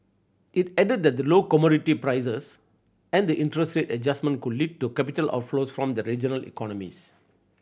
it added that the low commodity prices and the interest rate adjustment could lead to capital outflows from regional economies